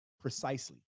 precisely